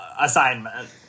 assignment